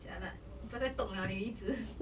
jialat 不要再动 liao 你一直